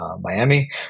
Miami